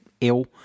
ill